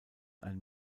ein